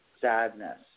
sadness